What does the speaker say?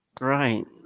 Right